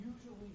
usually